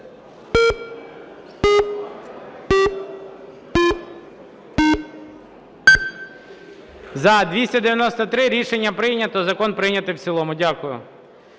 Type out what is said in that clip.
За-293 Рішення прийнято. Закон прийнято в цілому. Дякую.